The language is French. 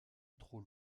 trop